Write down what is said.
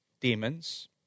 demons